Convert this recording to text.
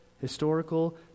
historical